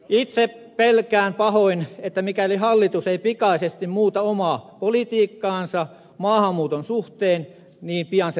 itse pelkään pahoin että mikäli hallitus ei pikaisesti muuta omaa politiikkaansa maahanmuuton suhteen niin pian se räjähtää käsiin